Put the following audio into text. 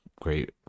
great